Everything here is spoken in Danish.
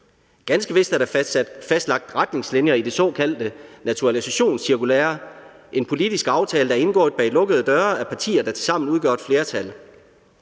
Ganske vist er der fastlagt retningslinjer i det såkaldte naturalisationscirkulære – en politisk aftale, der er indgået bag lukkede døre af partier, der tilsammen udgør et flertal.